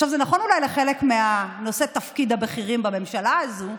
זה נכון אולי לחלק מנושאי התפקידים הבכירים בממשלה הזאת,